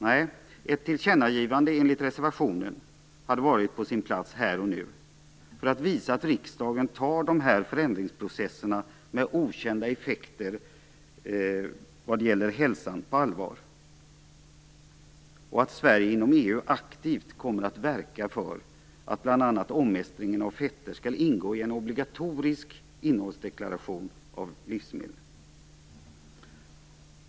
Nej, ett tillkännagivande enligt reservationen hade varit på sin plats här och nu, för att visa att riksdagen tar de här förändringsprocesserna med okända effekter vad gäller hälsan på allvar, och att Sverige inom EU aktivt kommer att verka för att bl.a. omestringen av fetter skall ingå i en obligatorisk innehållsdeklaration av livsmedel.